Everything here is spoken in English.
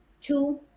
two